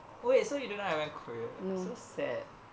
oh you so you don't know I went korea so sad